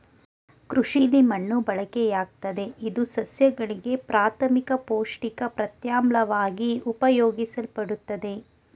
ಕೃಷಿಲಿ ಮಣ್ಣು ಬಳಕೆಯಾಗ್ತದೆ ಇದು ಸಸ್ಯಗಳಿಗೆ ಪ್ರಾಥಮಿಕ ಪೌಷ್ಟಿಕ ಪ್ರತ್ಯಾಮ್ಲವಾಗಿ ಉಪಯೋಗಿಸಲ್ಪಡ್ತದೆ